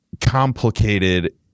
complicated